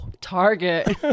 Target